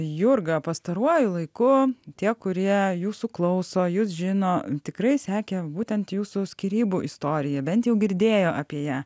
jurga pastaruoju laiku tie kurie jūsų klauso jus žino tikrai sekė būtent jūsų skyrybų istoriją bent jau girdėjo apie ją